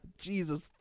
jesus